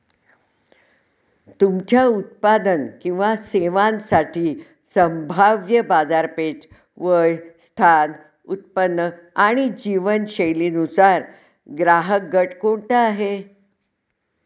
तुमच्या उत्पादन किंवा सेवांसाठी संभाव्य बाजारपेठ, वय, स्थान, उत्पन्न आणि जीवनशैलीनुसार ग्राहकगट कोणता आहे?